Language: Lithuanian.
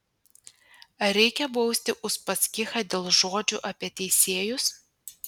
ar reikia bausti uspaskichą dėl žodžių apie teisėjus